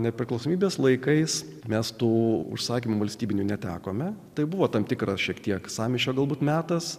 nepriklausomybės laikais mes tų užsakymų valstybinių netekome tai buvo tam tikras šiek tiek sąmyšio galbūt metas